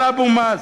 של אבו מאזן,